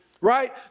right